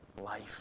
life